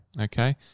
Okay